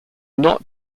not